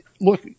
look